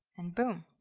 and boom.